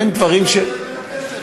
עולה יותר כסף.